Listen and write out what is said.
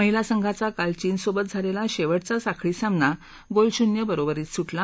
महिला संघाचा काल चीनसोबत झालघ्वी शक्तिचा साखळी सामना गोलशून्य बरोबरीत सुटला